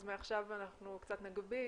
אז מעכשיו אנחנו קצת נגביל.